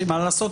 שמה לעשות,